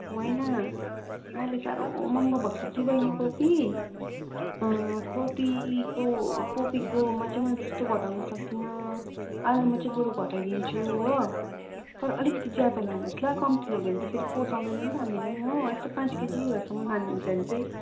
होइन अहिले साह्रो महँगो भएको कि बहिनी कोपी कोपीको कोपीकोमा चाहिँ म त्यस्तो घटाउनु सक्दिनँ आलुमा चाहिँ बरु घटाइदिन्छु हो तर अलिकति ज्यादा लानुहोस् ल कम्ती लग्यो भने त फेरि पोसाउदैन नि त हामीलाई पनि हो यस्तो पाँच केजीहरूसम्म लानुहुन्छ भने चाहिँ